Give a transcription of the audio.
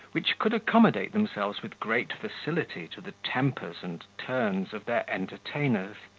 which could accommodate themselves with great facility to the tempers and turns of their entertainers.